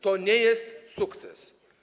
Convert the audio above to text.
To nie jest sukces.